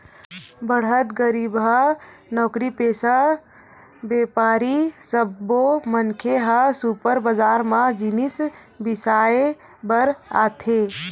बड़हर, गरीबहा, नउकरीपेसा, बेपारी सब्बो मनखे ह सुपर बजार म जिनिस बिसाए बर आथे